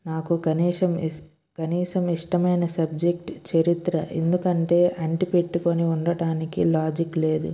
నాకు కనీసం కనీసం ఇష్టమైన సబ్జెక్ట్ చరిత్ర ఎందుకంటే అంటిపెట్టుకొని ఉండటానికి లాజిక్ లేదు